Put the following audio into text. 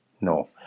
no